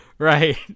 Right